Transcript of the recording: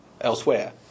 elsewhere